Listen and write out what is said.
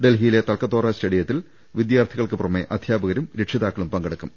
ഡൽഹിയിലെ തൽക്കത്തോറ സ്റ്റേഡിയത്തിൽ വിദ്യാർത്ഥികൾക്ക് പുറമെ അധ്യാപകരും രക്ഷിതാക്കളും പങ്കെടുക്കും